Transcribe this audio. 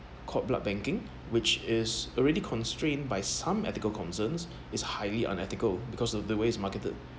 cord blood banking which is already constrained by some ethical concerns is highly unethical because of the way is marketed